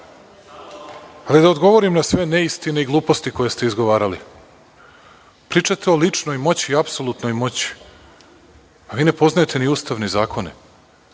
reči. Da odgovorim na sve neistine i gluposti koje ste izgovarali. Pričate o ličnoj moći i apsolutnoj moći. Pa, vi ne poznajete ni Ustav ni zakone.